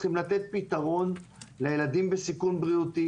צריכים לתת פתרון לילדים בסיכון בריאותי